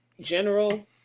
general